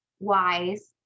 wise